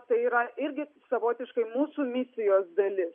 tai yra irgi savotiškai mūsų misijos dalis